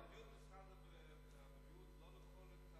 משרד הבריאות לא אוכל אוכל,